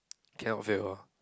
cannot fail ah